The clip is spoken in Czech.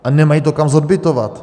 A nemají to kam zodbytovat.